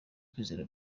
kwizera